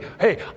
Hey